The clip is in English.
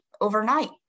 overnight